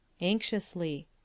Anxiously